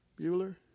Bueller